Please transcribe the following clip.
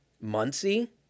Muncie